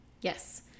Yes